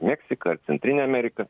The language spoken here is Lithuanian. meksiką ar centrinę ameriką